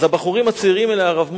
אז הבחורים הצעירים האלה, הרב מוזס,